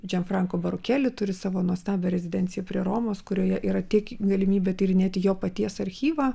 džen franko burokeli turi savo nuostabią rezidenciją prie romos kurioje yra tiek galimybė tyrinėti jo paties archyvą